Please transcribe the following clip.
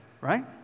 Right